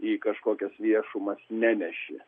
į kažkokias viešumas neneši